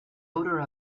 odor